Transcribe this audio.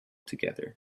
together